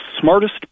smartest